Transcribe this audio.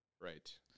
Right